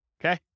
Okay